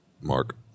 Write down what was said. mark